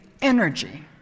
energy